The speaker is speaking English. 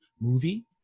movie